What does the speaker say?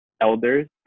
elders